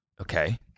Okay